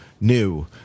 new